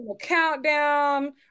countdown